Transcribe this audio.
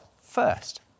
first